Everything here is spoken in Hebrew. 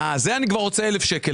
עליה אני רוצה 1,000 שקלים